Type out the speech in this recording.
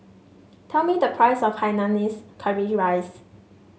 tell me the price of Hainanese Curry Rice